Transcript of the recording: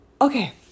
Okay